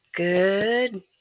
Good